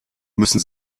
müssen